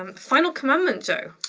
um final commandment joe.